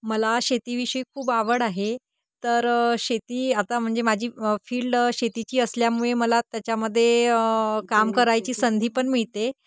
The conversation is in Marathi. मला शेतीविषयी खूप आवड आहे तर शेती आता म्हणजे माझी फील्ड शेतीची असल्यामुळे मला त्याच्यामध्ये काम करायची संधी पण मिळते